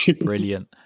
brilliant